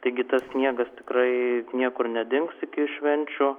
taigi tas sniegas tikrai niekur nedings iki švenčių